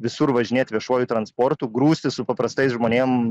visur važinėt viešuoju transportu grūstis su paprastais žmonėm